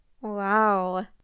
Wow